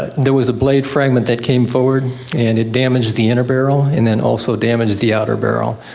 there was a blade fragment that came forward and it damaged the and barrel, and then also damaged the outer barrel.